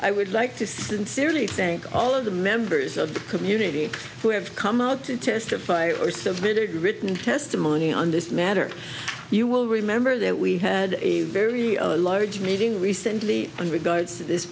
i would like to sincerely thank all of the members of the community who have come out to testify or submitted written testimony on this matter you will remember that we had a very large meeting recently in regards to this